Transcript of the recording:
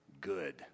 good